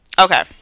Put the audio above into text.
Okay